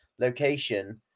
location